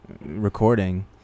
recording